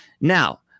Now